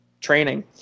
training